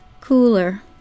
Cooler